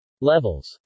Levels